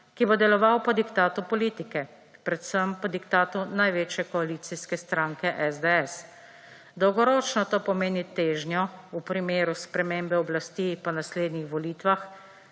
ki bo deloval po diktatu politike, predvsem po diktatu največje koalicijske stranke SDS. Dolgoročno to pomeni težnjo v primeru spremembe oblasti po naslednjih volitvah